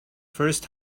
first